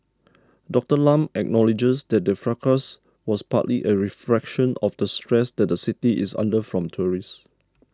Doctor Lam acknowledges that the fracas was partly a reflection of the stress that the city is under from tourists